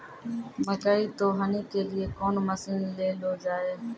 मकई तो हनी के लिए कौन मसीन ले लो जाए?